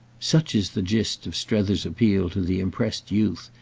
such is the gist of strether's appeal to the impressed youth,